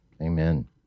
amen